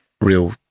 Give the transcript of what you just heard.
real